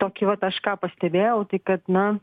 tokį vat aš ką pastebėjau tai kad na